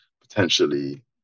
potentially